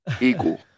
equal